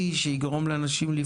אני אסביר לך.